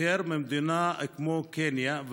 יותר ממדינה כמו קניה,